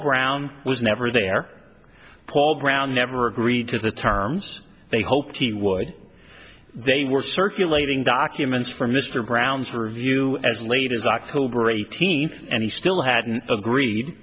brown was never there paul brown never agreed to the terms they hoped he would they were circulating documents for mr brown's review as late as october eighteenth and he still hadn't agreed